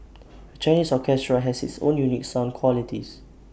A Chinese orchestra has its own unique sound qualities